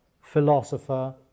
philosopher